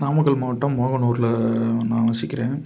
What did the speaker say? நாமக்கல் மாவட்டம் மோகனூர்ல நான் வசிக்கிறேன்